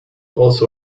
also